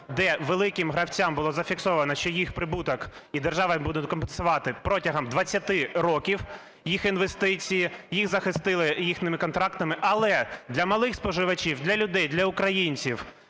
де великим гравцям було зафіксовано, що їх прибуток, і держава їм буде компенсувати протягом 20 років їх інвестиції, їх захистили їхніми контрактами. Але для малих споживачів, для людей, для українців